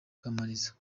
kamaliza